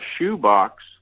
shoebox